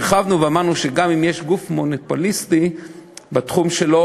הרחבנו ואמרנו שגם אם יש גוף מונופוליסטי בתחום שלו,